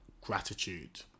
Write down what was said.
gratitude